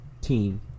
team